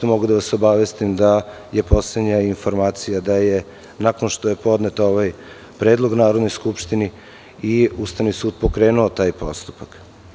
Mogu da vas obavestim da je poslednja informacija da je nakon što je podnet ovaj predlog Narodnoj skupštini i Ustavni sud pokrenuo taj postupak.